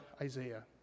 Isaiah